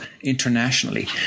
internationally